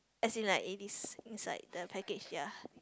as in like it is inside the package ya